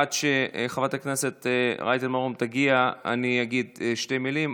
עד שחברת הכנסת רייטן מרום תגיע אני אגיד שתי מילים.